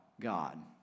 God